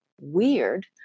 weird